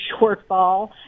shortfall